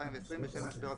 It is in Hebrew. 2020 בשל משבר הקורונה.